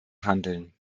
handeln